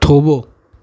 થોભો